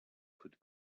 could